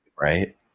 Right